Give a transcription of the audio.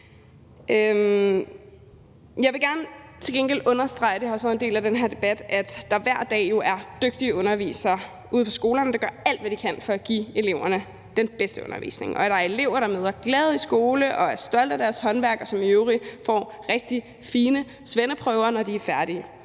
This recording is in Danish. af den her debat – at der jo hver dag er dygtige undervisere ude på skolerne, der gør alt, hvad de kan, for at give eleverne den bedste undervisning, og at der er elever, der møder glade i skole og er stolte af deres håndværk, og som i øvrigt får rigtig fine svendeprøver, når de er færdige.